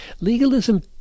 Legalism